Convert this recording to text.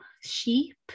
sheep